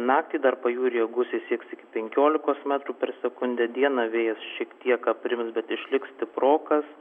naktį dar pajūryje gūsiai sieks penkiolikos metrų per sekundę dieną vėjas šiek tiek aprims bet išliks stiprokas